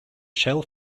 shell